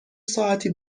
ساعتی